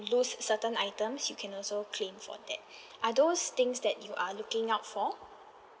lose certain items you can also claim for that are those things that you are looking out for